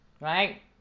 Right